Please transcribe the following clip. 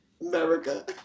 America